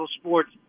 sports